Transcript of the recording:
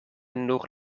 nur